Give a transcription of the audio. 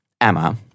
Emma—